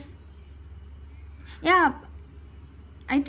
ya I